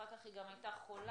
אחר כך היא גם הייתה חולה,